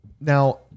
now